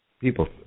people